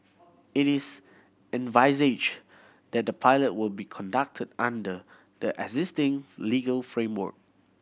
it is envisaged that the pilot will be conducted under the existing legal framework